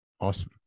awesome